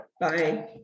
Bye